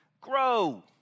grow